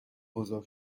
بزرگ